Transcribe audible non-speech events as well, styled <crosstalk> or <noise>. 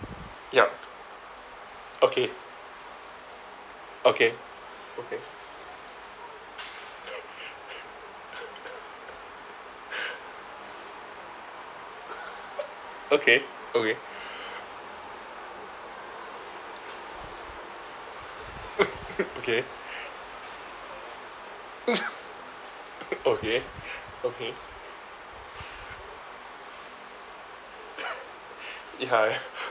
yup okay okay <laughs> okay <laughs> okay <laughs> okay okay <laughs> ya